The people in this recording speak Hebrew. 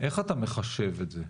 איך אתה מחשב את זה,